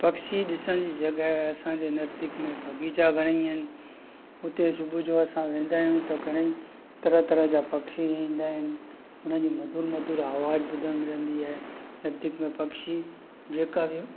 पक्षी ॾिसण जी जॻह असांजे नैर्तिक में बाग़ीचा त घणेई आहिनि हुते सुबुह जो असां वेंदा आहियूं त घणेई तरह तरह जा पखी ईंदा आहिनि उन्हनि जी मधुर मधुर आवाज़ु ॿुधणु मिलंदी आहे नैतिक में पक्षी जेका बि